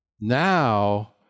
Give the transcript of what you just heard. Now